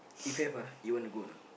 if have ah you want to go or not